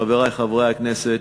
חברי חברי הכנסת,